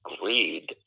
greed